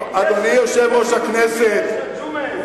אדוני יושב-ראש הכנסת, יהודים ביש"ע, ג'ומס.